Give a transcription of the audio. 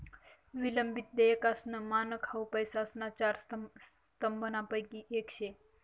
विलंबित देयकासनं मानक हाउ पैसासना चार स्तंभसनापैकी येक शे